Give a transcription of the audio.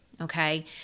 okay